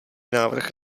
návrh